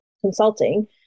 consulting